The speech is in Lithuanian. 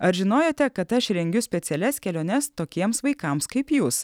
ar žinojote kad aš rengiu specialias keliones tokiems vaikams kaip jūs